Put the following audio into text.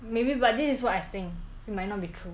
maybe but this is what I think it might not be true